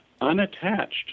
unattached